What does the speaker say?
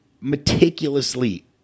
meticulously